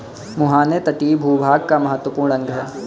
मुहाने तटीय भूभाग का महत्वपूर्ण अंग है